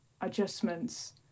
adjustments